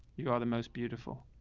you are the most beautiful